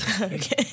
Okay